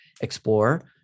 explore